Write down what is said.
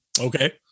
Okay